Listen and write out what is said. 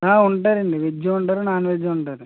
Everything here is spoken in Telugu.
ఉంటుందండి వెజ్ ఉంటుంది నాన్ వెజ్ ఉంటుంది